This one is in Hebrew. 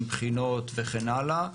עם בחינות וכן הלאה.